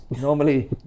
normally